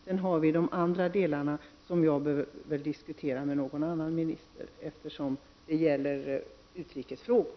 Sedan har vi de andra delarna som jag behöver diskutera med någon annan minister, eftersom det gäller utrikesfrågor.